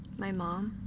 my mom?